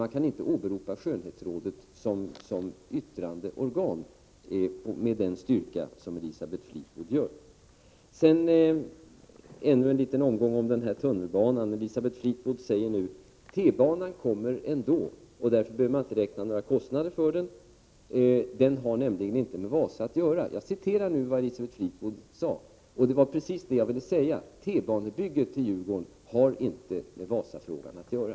Man kan inte åberopa skönhetsrådet i egenskap av yttrande organ med den styrka som Elisabeth Fleetwood gör. Sedan ännu en liten omgång när det gäller tunnelbanan. Elisabeth Fleetwood säger nu: T-banan kommer ändå och därför behöver man inte räkna på kostnaderna för den. Den har nämligen inte med Wasa att göra. Ja, det är vad Elisabeth Fleetwood sade och det är precis vad jag vill säga, nämligen att byggandet av en tunnelbana till Djurgården inte har med Wasafrågan att göra.